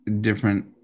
different